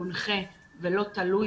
מונחה, ולא תלוי